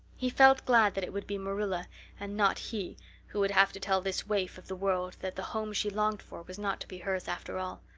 he felt glad that it would be marilla and not he who would have to tell this waif of the world that the home she longed for was not to be hers after all.